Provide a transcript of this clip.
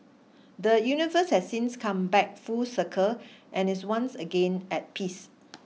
the universe has since come back full circle and is once again at peace